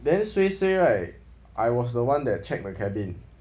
then suay suay right I was the one that check the cabin